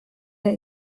der